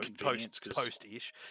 post-ish